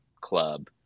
club